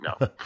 No